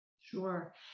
Sure